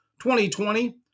2020